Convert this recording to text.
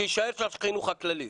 שיישאר של החינוך הכללי.